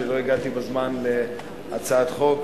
שלא הגעתי בזמן להציג הצעת חוק,